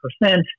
percent